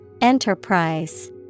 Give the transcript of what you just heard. Enterprise